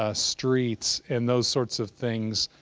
ah streets, and those sorts of things.